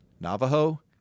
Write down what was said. Navajo